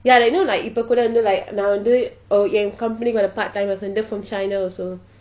ya like you know like இப்போ கூட:ippo kooda like நான் வந்து என்:naan vanthu en company உள்ள:ulla part timers வந்து:vanthu from china also